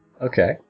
Okay